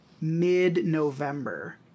mid-November